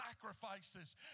sacrifices